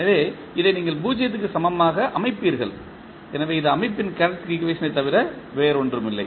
எனவே இதை நீங்கள் 0 க்கு சமமாக அமைப்பீர்கள் எனவே இது அமைப்பின் கேரக்டரிஸ்டிக் ஈக்குவேஷன் ஐத் தவிர வேறொன்றுமில்லை